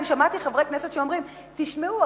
אני שמעתי חברי כנסת שאומרים: תשמעו,